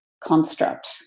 construct